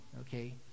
okay